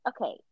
Okay